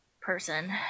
person